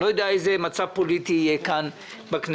אני לא יודע איזה מצב פוליטי יהיה כאן בכנסת.